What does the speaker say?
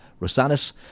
Rosanis